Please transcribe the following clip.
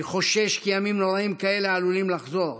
אני חושש כי ימים נוראים כאלה עלולים לחזור,